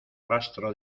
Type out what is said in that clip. rastro